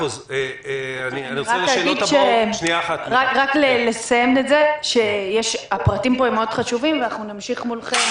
רציתי רק להגיד שהפרטים פה חשובים מאוד ואנחנו נמשיך מולכם